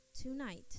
tonight